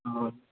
औ